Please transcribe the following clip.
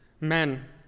Men